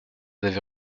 avez